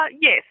Yes